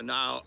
Now